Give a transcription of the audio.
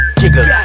jiggle